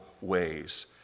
ways